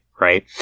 right